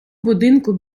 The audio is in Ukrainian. будинку